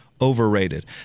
overrated